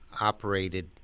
operated